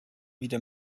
wieder